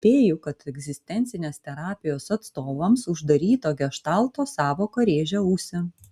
spėju kad egzistencinės terapijos atstovams uždaryto geštalto sąvoka rėžia ausį